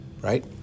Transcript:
right